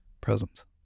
presence